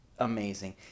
Amazing